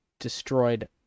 destroyed